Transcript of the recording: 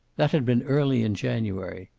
that had been early in january.